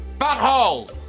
Butthole